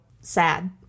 sad